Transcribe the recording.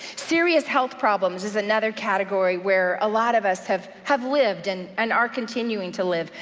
serious health problems is another category where a lot of us have have lived, and and are continuing to live.